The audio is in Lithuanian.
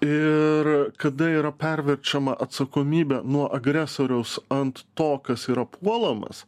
ir kada yra perverčiama atsakomybė nuo agresoriaus ant to kas yra puolamas